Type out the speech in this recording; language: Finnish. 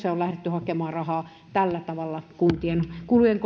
hakemaan rahaa tällä tavalla kuntien kulujen